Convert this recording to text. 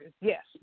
Yes